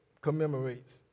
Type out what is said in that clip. commemorates